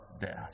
death